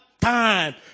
time